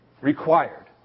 required